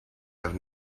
have